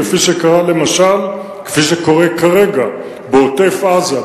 כפי שקורה כרגע למשל בעוטף-עזה,